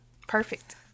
perfect